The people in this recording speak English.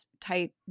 tight